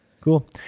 Cool